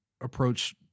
approach